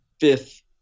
fifth